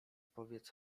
powiedz